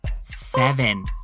seven